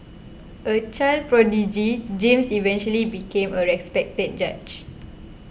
a child prodigy James eventually became a respected judge